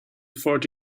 fought